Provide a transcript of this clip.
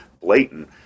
blatant